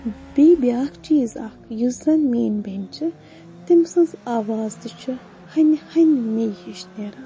بیٚیہِ بیاکھ چیٖز اَکھ یُس زَن میٲنۍ بیٚنہِ چھِ تٔمۍ سٕنٛز آواز تہِ چھِ ہَنہِ ہَنہِ میٚے ہِش نیران